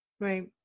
Right